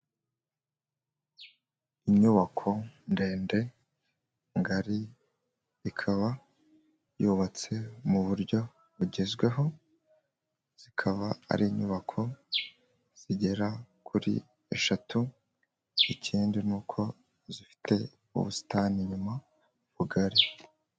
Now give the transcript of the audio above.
Inyubako ndende ngari ikaba yubatse mu buryo bugezweho, zikaba ari inyubako zigera kuri eshatu, ikindi ni uko zifite ubusitani inyuma bugari.